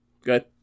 Good